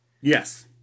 Yes